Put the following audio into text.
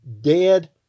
dead